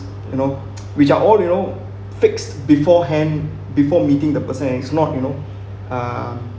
you know which are all you know fixed beforehand before meeting the person as not you know uh